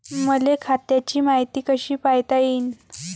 मले खात्याची मायती कशी पायता येईन?